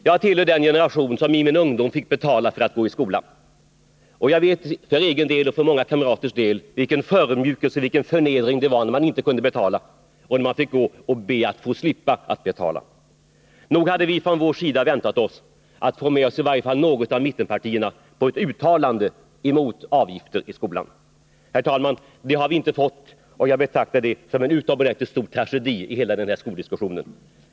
Jag tillhör den generation som i min ungdom fick betala för att gå i skolan, och jag vet vilken förödmjukelse och förnedring det var för mig och många kamrater när vi inte kunde betala och fick be att få slippa betala. Nog hade vi från vår sida väntat oss att få med oss i varje fall något av mittenpartierna på ett uttalande mot avgifter i skolan. Herr talman! Det har viinte fått, och jag betraktar det som en utomordentligt stor tragedi i hela den här skoldiskussionen.